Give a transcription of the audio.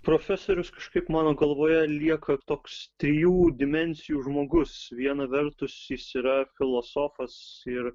profesorius kažkaip mano galvoje lieka toks trijų dimensijų žmogus viena vertus jis yra filosofas ir